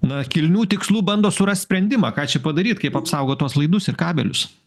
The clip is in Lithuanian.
na kilnių tikslų bando surast sprendimą ką čia padaryt kaip apsaugot tuos laidus ir kabelius